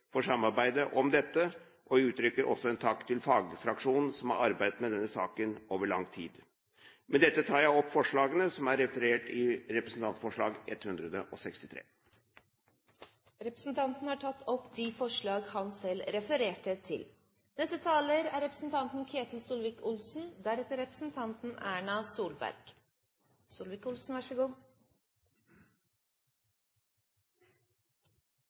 for samarbeidet om dette. Jeg retter også en takk til fagfraksjonen, som har arbeidet med denne saken over lang tid. Med dette tar jeg opp forslagene som er referert i Representantforslag 163 S. Representanten Martin Kolberg har tatt opp de forslagene han refererte til. Fremskrittspartiet har vært med på et viktig forlik, og vi er